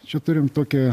čia turim tokią